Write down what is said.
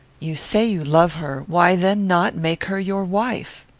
you say you love her why then not make her your wife?